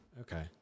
Okay